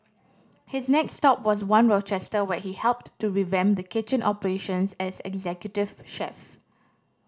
his next stop was One Rochester where he helped to revamp the kitchen operations as executive chef